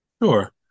Sure